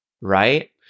right